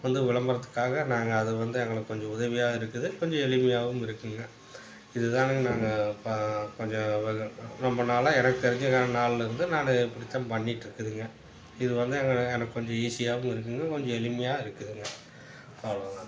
வந்து விளம்பரத்துக்காக நாங்கள் அது வந்து எங்களுக்கு கொஞ்சம் உதவியாக இருக்குது கொஞ்சம் எளிமையாகவும் இருக்கும்ங்க இது தாங்க நாங்கள் ப கொஞ்சம் ரொம்ப நாளாக எனக்கு தெரிஞ்ச நாளில் இருந்து நான் இப்படிதான் பண்ணிகிட்டு இருக்குதுங்க இது வந்து எங்கள் எனக்கு கொஞ்ச ஈஸியாகவும் இருக்குதுங்க கொஞ்சம் எளிமையாக இருக்குதுங்க அவ்வளவு தாங்க